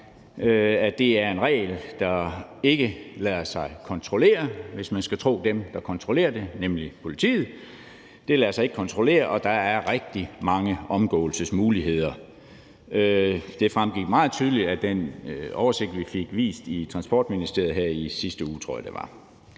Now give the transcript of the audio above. at det er en regel, der ikke lader sig kontrollere, hvis man skal tro dem, der skal kontrollere det, nemlig politiet. Det lader sig ikke kontrollere, og der er rigtig mange omgåelsesmuligheder. Det fremgik meget tydeligt af den oversigt, vi fik vist i Transportministeriet her i sidste uge, tror jeg det var.